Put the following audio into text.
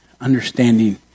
understanding